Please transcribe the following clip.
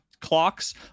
clocks